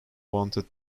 wanted